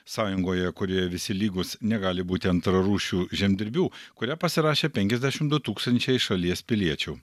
sąjungoje kurioje visi lygūs negali būti antrarūšių žemdirbių kurią pasirašė penkiasdešim du tūkstančiai šalies piliečių